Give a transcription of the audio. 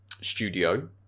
studio